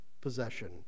possession